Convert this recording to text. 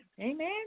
amen